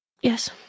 Yes